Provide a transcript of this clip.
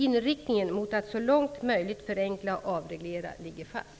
Inriktningen mot att så långt möjligt förenkla och avreglera ligger fast.